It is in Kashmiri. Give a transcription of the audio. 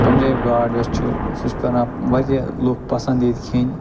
بنجٲبۍ گاڈ یۄس چھِ سُہ چھِ کران واریاہ لُکھ پسنٛد ییٚتہِ کھیٚنۍ